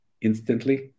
instantly